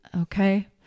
Okay